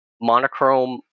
monochrome